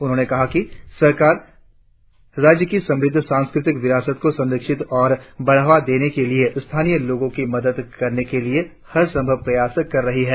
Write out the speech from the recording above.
उन्होने कहा कि सरकार राज्य की समृद्ध सांस्कृतिक विरासत को संरक्षित और बढ़ावा देने में स्थानीय लोगो की मदद करने के लिए हर संभव प्रयास कर रही है